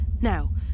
Now